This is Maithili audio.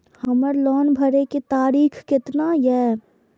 हमर लोन भरे के तारीख केतना ये?